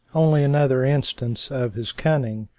only another instance of his cunning,